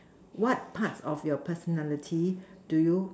what parts of your personality do you